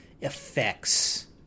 effects